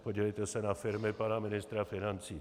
Podívejte se na firmy pana ministra financí.